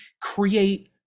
create